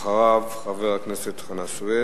אחריו, חבר הכנסת חנא סוייד.